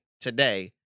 today